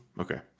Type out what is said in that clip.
Okay